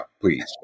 Please